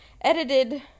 edited